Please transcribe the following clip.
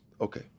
okay